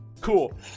Cool